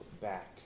back